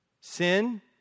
Sin